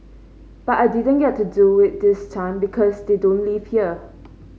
but I didn't get to do it this time because they don't live here